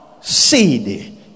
seed